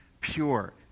pure